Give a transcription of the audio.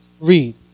Read